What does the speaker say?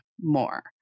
more